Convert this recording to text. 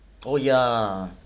oh ya